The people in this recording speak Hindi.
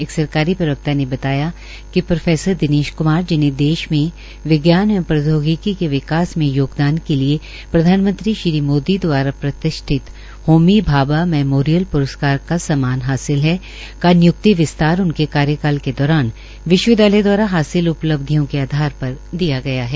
एक सरकारी प्रवक्ता ने बताया कि प्रो क्मार जिन्हे देश में विज्ञान एवं प्रौद्योगिकी के विकास मे दिनेश योगदान के लिए प्रधानमंत्री श्री नरेन्द्र मोदी द्वारा प्रतिष्ठित होमी भावा मेमोरियल प्रस्कार का सम्मान हासिल है का निय्क्ति विस्तार उनके कार्यकाल के दौरान विश्वविद्यालय दवारा हासिल उपलब्धियों के आधार पर दिया गया है